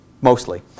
mostly